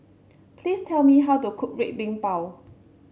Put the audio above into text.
please tell me how to cook Red Bean Bao